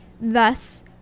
thus